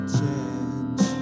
change